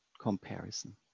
comparison